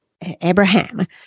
Abraham